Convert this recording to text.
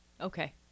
Okay